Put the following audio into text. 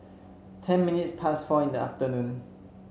ten minutes past four in the afternoon